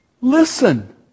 listen